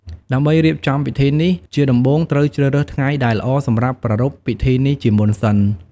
ដើម្បីរៀបចំពិធីនេះ ជាដំបូងត្រូវជ្រើសរើសថ្ងៃដែលល្អសម្រាប់ប្រារព្វពិធីនេះជាមុនសិន។